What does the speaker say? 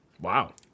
Wow